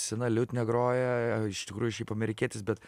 sena liutnia groja iš tikrųjų šiaip amerikietis bet